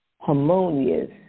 harmonious